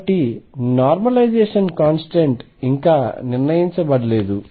కాబట్టి normalisation constant ఇంకా నిర్ణయించబడలేదు